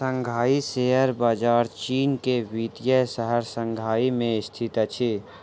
Shanghai share बजार चीन के वित्तीय शहर शंघाई में स्थित अछि